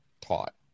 taught